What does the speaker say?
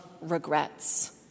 regrets